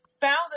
found